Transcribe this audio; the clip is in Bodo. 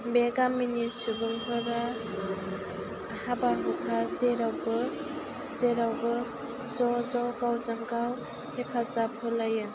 बे गामिनि सुबुंफोरा हाबा हुखा जेरावबो जेरावबो ज' ज' गावजों गाव हेफाजाब होलायो